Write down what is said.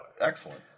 Excellent